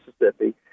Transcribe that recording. Mississippi